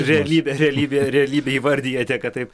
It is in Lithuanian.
realybė realybė realybėje įvardijate kad taip